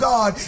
God